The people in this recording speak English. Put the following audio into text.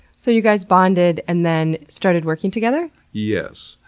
so you guys bonded and then started working together? yes.